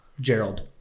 gerald